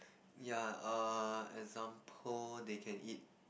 ya err example they can eat